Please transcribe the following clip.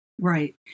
right